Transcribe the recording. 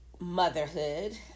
motherhood